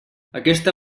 aquesta